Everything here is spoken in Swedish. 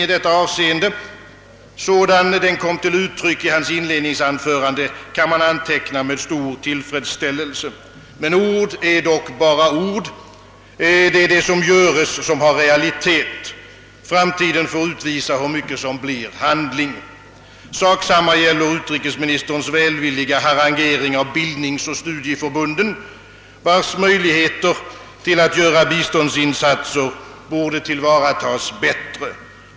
i detta avseende, sådan den kom till uttryck i hans inledningsanförande, kan man anteckna med stor tillfredsställelse. Men ord är dock bara ord; det är det som göres som har rea litet. Framtiden får utvisa hur mycket som blir handling. Sak samma gäller utrikesministerns välvilliga harangering av bildningsoch studieförbunden, vilkas möjligheter att göra biståndsinsatser borde tillvaratas bättre.